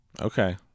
Okay